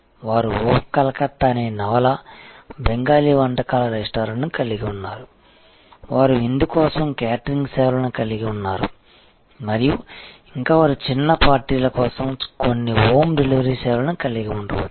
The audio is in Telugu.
వారు ఓహ్ కలకత్తా అనే నవల బెంగాలీ వంటకాల రెస్టారెంట్లను కలిగి ఉన్నారు వారు విందు కోసం క్యాటరింగ్ సేవలను కలిగి ఉన్నారు మరియు ఇంకా వారు చిన్న పార్టీల కోసం కొన్ని హోమ్ డెలివరీ సేవలను కలిగి ఉండవచ్చు